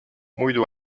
muidu